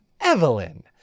Evelyn